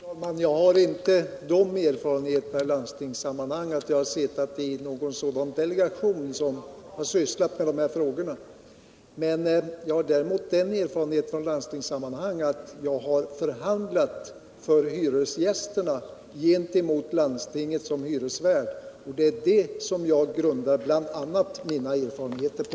Herr talman! Jag har inte erfarenheter av att sitta i någon sådan delegation i landstingssammanhang som har sysslat med dessa frågor, men jag har förhandlat för hyresgästerna gentemot landsting som hyresvärd, och det är bl.a. detta som jag grundar mina ställningstaganden på.